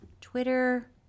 Twitter